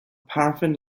paraffin